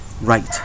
right